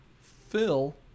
fill